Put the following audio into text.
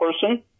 person